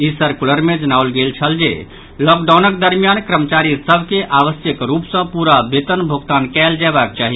ई circular मे जनाओल गेल छल जे लॉकडाउनक दरमियान कर्मचारी सभ के आवश्यक रूप सँ पूरा वेतनक भोगतान कयल जयबाक चाहि